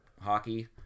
hockey